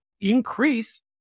increase